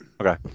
Okay